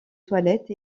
toilettes